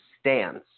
stance